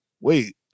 Wait